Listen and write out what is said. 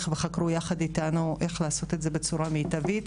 וחקרו יחד איתנו איך לעשות את זה בצורה מיטבית.